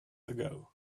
ago